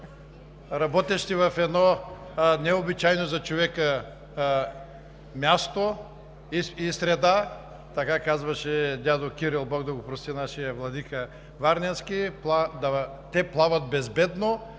работещи в едно необичайно за човека място и среда! Така казваше дядо Кирил, Бог да го прости, нашият владика Варненски: „Те плават безбедно